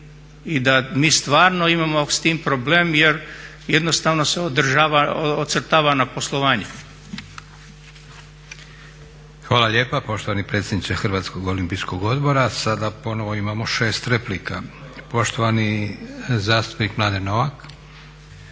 i da mi stvarno imamo s tim problemom jer jednostavno se ocrtava na poslovanje. **Leko, Josip (SDP)** Hvala lijepa poštovani predsjedniče Hrvatskog olimpijskog odbora. Sada ponovo imamo 6 replika. Poštovani zastupnik Mladen Novak,